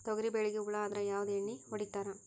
ತೊಗರಿಬೇಳಿಗಿ ಹುಳ ಆದರ ಯಾವದ ಎಣ್ಣಿ ಹೊಡಿತ್ತಾರ?